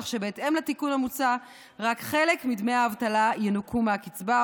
כך שבהתאם לתיקון המוצע רק חלק מדמי האבטלה ינוכו מהקצבה.